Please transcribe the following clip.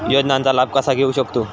योजनांचा लाभ कसा घेऊ शकतू?